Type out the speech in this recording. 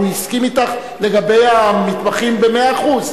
הוא הסכים אתך לגבי המתמחים במאה אחוז.